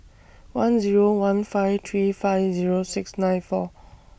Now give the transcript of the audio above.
one Zero one five three five Zero six nine four